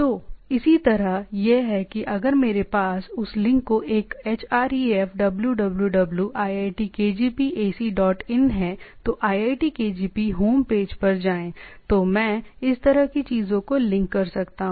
तो इसी तरह यह है कि अगर मेरे पास उस लिंक को एक href www IITKgp ac dot in है तो IITKgp होम पेज पर जाएं तो मैं इस तरह की चीजों को लिंक कर सकता हूं